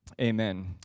Amen